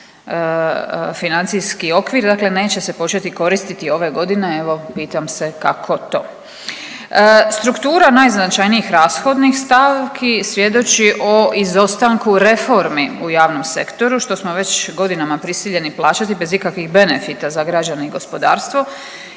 financijski okvir dakle neće se početi koristiti ove godine. Evo pitam se kako to? Struktura najznačajnijih rashodnih stavki svjedoči o izostanku reformi u javnom sektoru što smo već godinama prisiljeni plaćati bez ikakvih benefita za građane i gospodarstvo